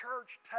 church